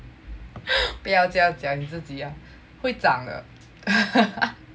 不要这么讲你自己啊会长的